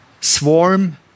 Swarm